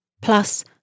Plus